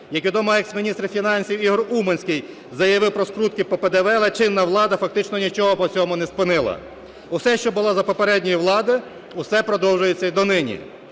Як відомо, екс-міністр фінансів Ігор Уманський заявив про скрутки по ПДВ, але чинна влада фактично нічого по цьому не спинила. Усе, що було за попередньої влади, усе продовжується і донині.